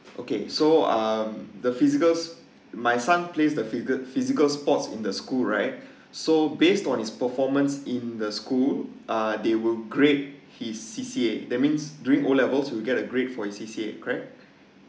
okay so um the physicals my son plays the physical physical sports in the school right so based on his performance in the school uh they will grade his C_C_A that means during O level to get a grade for his C_C_A correct